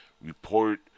report